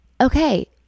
okay